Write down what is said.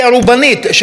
של הרוב.